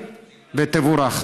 ותבורך.